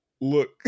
look